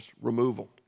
removal